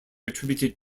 attributed